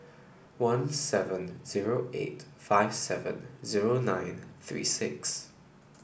one seven zero eight five seven zero nine three six